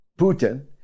Putin